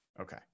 Okay